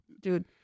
Dude